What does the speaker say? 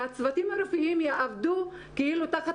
שהצוותים הרפואיים יעבדו כאילו תחת